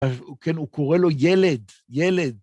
כן, הוא קורא לו ילד, ילד.